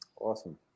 Awesome